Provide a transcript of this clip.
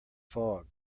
fog